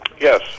Yes